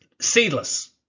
seedless